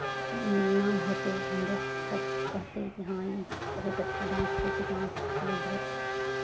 नाम होतै हमरो सभ कहतै कि हँ ई बहुत अच्छा डान्स करै छै डान्समे बहुत